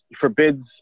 forbids